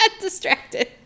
distracted